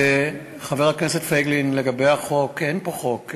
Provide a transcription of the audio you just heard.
חבר הכנסת פייגלין, לגבי החוק, אין פה חוק,